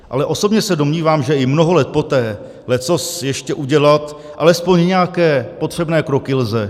Ale osobně se domnívám, že i mnoho let poté leccos ještě udělat alespoň nějaké potřebné kroky lze.